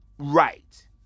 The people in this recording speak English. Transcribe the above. Right